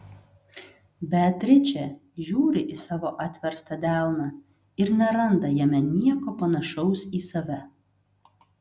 beatričė žiūri į savo atverstą delną ir neranda jame nieko panašaus į save